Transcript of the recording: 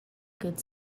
good